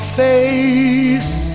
face